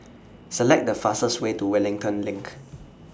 Select The fastest Way to Wellington LINK